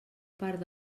part